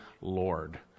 Lord